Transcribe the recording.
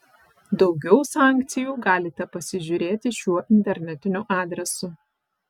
daugiau sankcijų galite pasižiūrėti šiuo internetiniu adresu